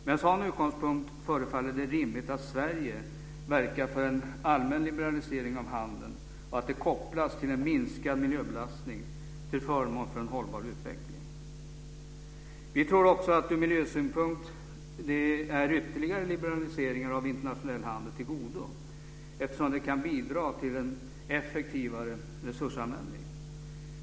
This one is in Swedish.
Med en sådan utgångspunkt förefaller det rimligt att Sverige verkar för en allmän liberalisering av handeln och att det kopplas till en minskad miljöbelastning till förmån för en hållbar utveckling. Vi tror också att ur miljösynpunkt är ytterligare liberaliseringar av internationell handel av godo, eftersom det kan bidra till en effektivare resursanvändning.